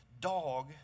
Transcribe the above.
dog